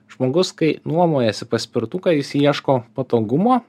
žmogus kai nuomojasi paspirtuką jis ieško patogumo